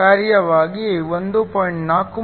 ಕಾರ್ಯವಾಗಿ 1